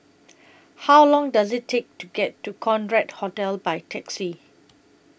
How Long Does IT Take to get to Concorde Hotel By Taxi